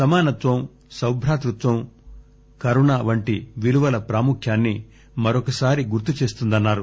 సమానత్వం సౌభ్రాతృత్వం కరుణ వంటి విలువల ప్రాముఖ్యాన్ని మరొక్కసారి గుర్తు చేస్తుందన్నారు